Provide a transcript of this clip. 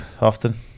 often